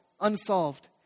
unsolved